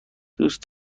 دوست